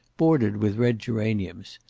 bordered with red geraniums.